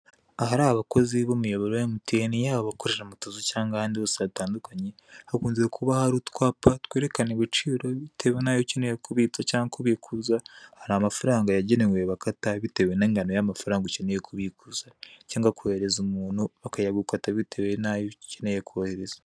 Ahari abakozi b'umuyoboro wa emutiyeni, haba abakorera mu tuzu cyangwa ahandi hatandukanye, hakunze kuba hari utwapa twerekana ibiciro bitewe n'ayo ukeneye kubitsa cyangwa ukeneye kubikuza. Hari amafaranga yagenewe bakata bitewe n'ingano y'amafaranga ukeneye kubikuza, cyangwa kohereza umuntu bakayagukata bitewe n'ayo ukeneye kohereza.